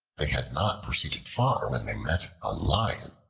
they had not proceeded far when they met a lion.